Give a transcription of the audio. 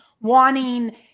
wanting